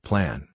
Plan